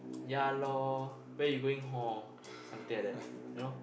ya lor where you going hor something like that you know